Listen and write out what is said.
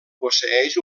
posseeix